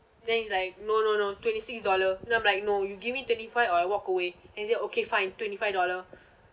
then he like no no no twenty six dollar then I'm like no you give me twenty five or I walk away and he said okay fine twenty five dollar